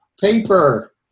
paper